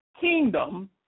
kingdom